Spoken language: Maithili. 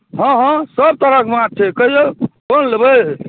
हँ हँ सभतरहक माछ छै कहियौ कोन लेबै